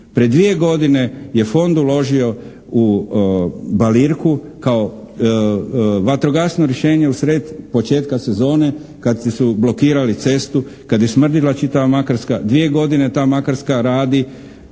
Prije dvije godine je fond uložio u balirku kao vatrogasno rješenje usred početka sezone kad su blokirali cestu, kad je smrdila čitava Makarska,